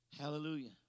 Hallelujah